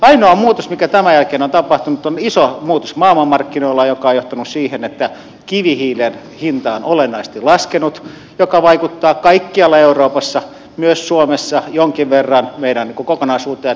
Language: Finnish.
ainoa muutos mikä tämän jälkeen on tapahtunut on iso muutos maailmanmarkkinoilla mikä on johtanut siihen että kivihiilen hinta on olennaisesti laskenut mikä vaikuttaa kaikkialla euroopassa myös suomessa jonkin verran meidän kokonaisuuteemme